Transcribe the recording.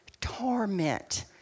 torment